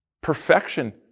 perfection